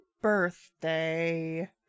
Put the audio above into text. birthday